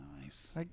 nice